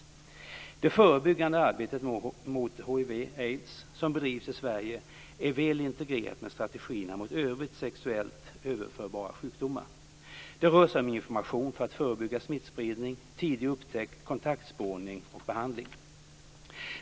Det förebyggande arbetet mot hiv/aids som bedrivs i Sverige är väl integrerat med strategierna mot övriga sexuellt överförbara sjukdomar. Det rör sig om information för att förebygga smittspridning, tidig upptäckt, kontaktspårning och behandling.